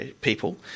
people